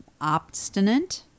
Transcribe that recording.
Obstinate